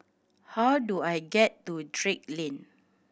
how do I get to Drake Lane